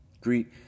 Greet